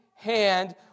Hand